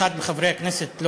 אחד מחברי הכנסת,